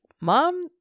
mom